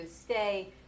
stay